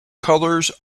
colors